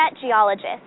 geologist